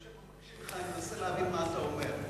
אני יושב פה ומנסה להבין מה אתה אומר.